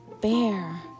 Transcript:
bear